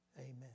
amen